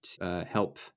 help